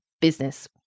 business